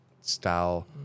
style